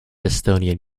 estonian